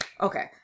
Okay